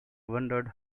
wondered